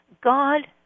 God